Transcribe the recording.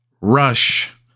rush